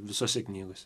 visose knygose